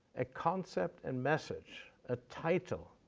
a concept and message, a title.